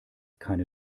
keine